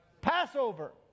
Passover